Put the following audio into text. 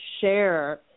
share